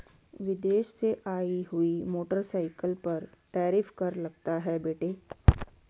विदेश से आई हुई मोटरसाइकिल पर टैरिफ कर लगता है बेटे